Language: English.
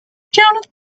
johnathan